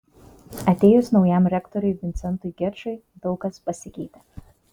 atėjus naujam rektoriui vincentui gečui daug kas pasikeitė